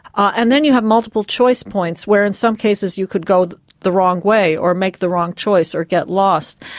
and then you have multiple choice points where in some cases you could go the the wrong way, or make the wrong choice, or get lost.